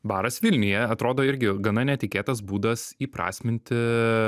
baras vilniuje atrodo irgi gana netikėtas būdas įprasminti